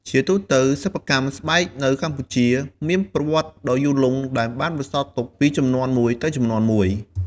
ជាទូទៅ សិប្បកម្មស្បែកនៅកម្ពុជាមានប្រវត្តិដ៏យូរលង់ ដែលបានបន្សល់ទុកពីជំនាន់មួយទៅជំនាន់មួយ។